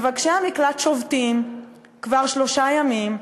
מבקשי המקלט שובתים כבר שלושה ימים,